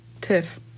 Tiff